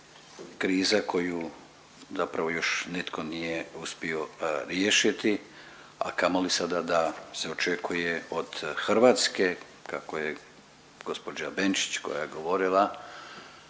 krize koju zapravo još nitko nije uspio riješiti, a kamoli sada da se očekuje od Hrvatske, kako je gđa. Benčić koja je govorila